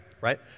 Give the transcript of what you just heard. right